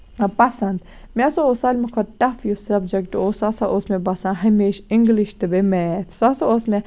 پَسنٛد مےٚ ہسا اوس سارِوٕے کھۄتہٕ ٹَف یُس سَبجیکٹ اوس سُہ ہسا اوس مےٚ باسان ہمیشہٕ اِنگلِش تہٕ بیٚیہِ میتھ سُہ ہسا اوس مےٚ